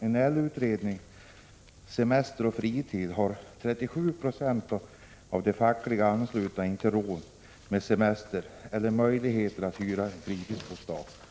en LO-utredning, Semester och fritid, har 37 90 av de fackligt anslutna inte råd med semesterresa eller möjlighet att hyra fritidsbostad.